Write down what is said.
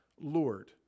Lord